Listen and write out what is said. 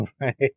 Right